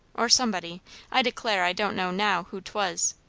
or somebody i declare i don't know now who twas,